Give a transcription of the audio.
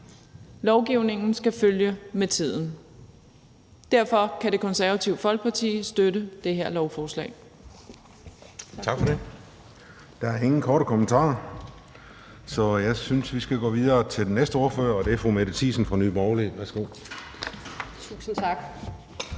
Lovgivningen skal følge med tiden. Derfor kan Det Konservative Folkeparti støtte det her lovforslag.